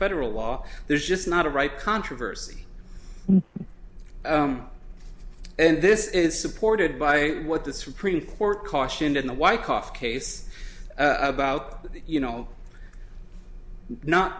federal law there's just not a right controversy and this is supported by what the supreme court cautioned in the white cough case about you know not